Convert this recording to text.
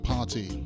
Party